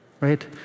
right